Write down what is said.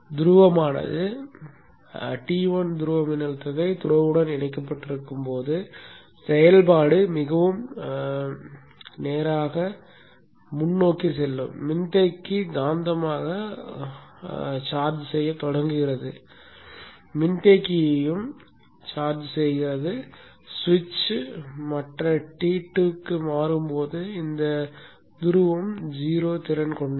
துருவமானது T1 துருவ மின்னழுத்தத்தை த்ரோவுடன் இணைக்கப்பட்டிருக்கும் போது செயல்பாடு மிகவும் நேராக முன்னோக்கி செல்லும் மின்தேக்கி காந்தமாக சார்ஜ் செய்யத் தொடங்குகிறது மின்தேக்கியும் சார்ஜ் செய்கிறது சுவிட்ச் மற்ற T2 க்கு மாறும்போது இந்த துருவம் 0 திறன் கொண்டது